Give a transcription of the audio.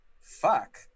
Fuck